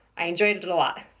i enjoyed it it a lot.